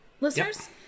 listeners